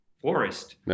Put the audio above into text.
forest